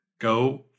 go